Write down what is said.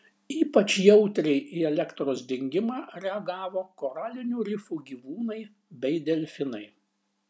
ypač jautriai į elektros dingimą reagavo koralinių rifų gyvūnai bei delfinai